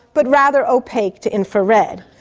but rather opaque to infrared.